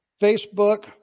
Facebook